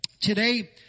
Today